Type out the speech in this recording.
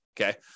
okay